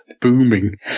booming